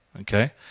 okay